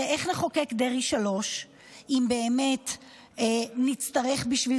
הרי איך נחוקק את חוק דרעי 3 אם באמת נצטרך בשביל